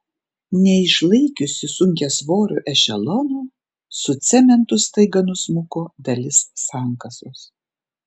neišlaikiusi sunkiasvorio ešelono su cementu staiga nusmuko dalis sankasos